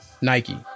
Nike